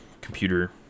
computer